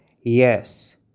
yes